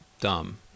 dumb